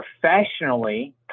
professionally